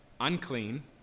Unclean